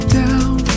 down